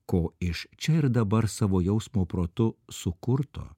ko iš čia ir dabar savo jausmo protu sukurto